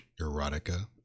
Erotica